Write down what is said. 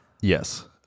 Yes